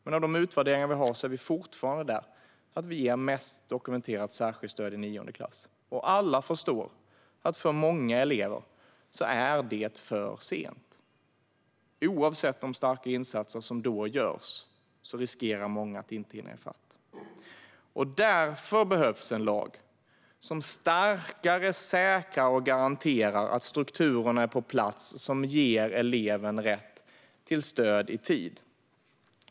Men i de utvärderingar vi har är vi fortfarande där: Vi ger mest dokumenterat särskilt stöd i nionde klass. Alla förstår att detta för många elever är för sent. Trots de starka insatser som då görs riskerar många att inte hinna i fatt. Därför behövs en lag som starkare säkrar och garanterar att de strukturer som ger eleven rätt till stöd i tid är på plats.